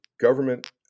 government –